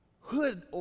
hood